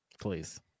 Please